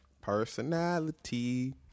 Personality